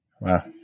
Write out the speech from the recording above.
wow